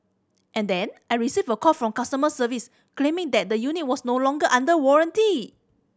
and then I received a call from customer service claiming that the unit was no longer under warranty